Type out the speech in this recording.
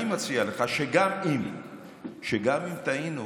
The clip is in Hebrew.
אני מציע לך, גם אם טעינו